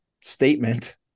statement